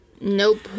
nope